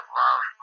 love